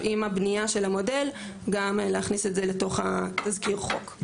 בבנייה של המודל ולהכניס את זה לתוך תזכיר החוק.